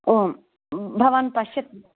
आं भवान् पश्य